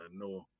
no